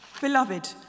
Beloved